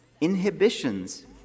inhibitions